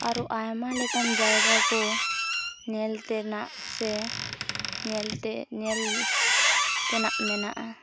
ᱟᱨᱚ ᱟᱭᱢᱟ ᱞᱮᱠᱟᱱ ᱡᱟᱭᱜᱟᱠᱚ ᱧᱮᱞᱛᱮᱱᱟᱜ ᱥᱮ ᱧᱮᱞᱛᱮ ᱧᱮᱞ ᱛᱮᱱᱟᱜ ᱢᱮᱱᱟᱜᱼᱟ